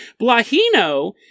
Blahino